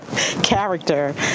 Character